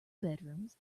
bedrooms